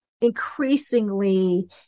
increasingly